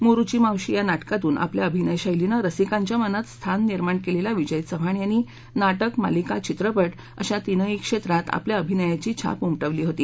मोरुची मावशी या नाटकातून आपल्या अभिनय शक्तींनं रसिकांच्या मनात स्थान निर्माण केलेल्या विजय चव्हाण यांनी नाटक मालिका चित्रपट अशा तीनही क्षेत्रात आपल्या अभिनयाची छाप उमटवली होती